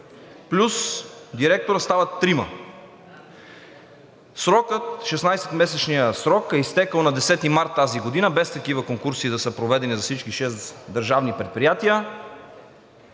плюс директора стават трима. 16-месечният срок е изтекъл на 10 март тази година, без такива конкурси да са проведени за всички шест държавни предприятия,